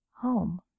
Home